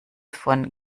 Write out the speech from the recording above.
von